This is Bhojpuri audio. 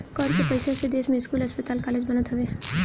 कर कअ पईसा से देस में स्कूल, अस्पताल कालेज बनत हवे